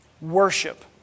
Worship